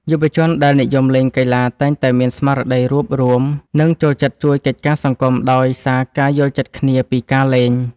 យុវជនដែលនិយមលេងកីឡាតែងតែមានស្មារតីរួបរួម និងចូលចិត្តជួយកិច្ចការសង្គមដោយសារការយល់ចិត្តគ្នាពីការលេង។